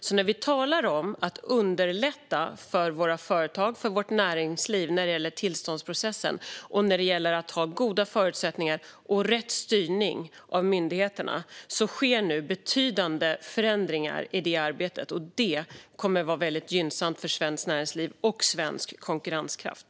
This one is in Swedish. Så när vi talar om att underlätta för våra företag och för vårt näringsliv när det gäller tillståndsprocesser och när det gäller att ha goda förutsättningar och rätt styrning av myndigheterna så sker nu betydande förändringar i detta arbete. Och det kommer att vara väldigt gynnsamt för svenskt näringsliv och för svensk konkurrenskraft.